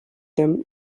them